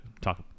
talk